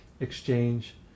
exchange